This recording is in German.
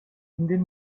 den